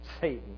Satan